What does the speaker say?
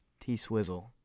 T-Swizzle